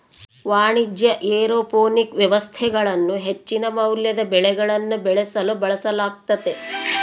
ವಾಣಿಜ್ಯ ಏರೋಪೋನಿಕ್ ವ್ಯವಸ್ಥೆಗಳನ್ನು ಹೆಚ್ಚಿನ ಮೌಲ್ಯದ ಬೆಳೆಗಳನ್ನು ಬೆಳೆಸಲು ಬಳಸಲಾಗ್ತತೆ